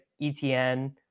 ETN